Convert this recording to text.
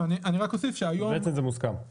בעצם זה מוסכם.